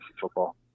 football